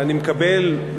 ואני מקבל,